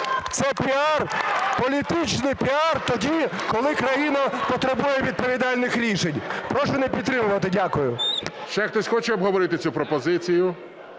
у залі) Політичний піар тоді, коли країна потребує відповідальних рішень. Прошу не підтримувати. Дякую. ГОЛОВУЮЧИЙ. Ще хтось хоче обговорити цю пропозицію?